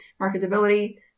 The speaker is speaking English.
Marketability